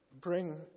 bring